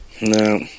No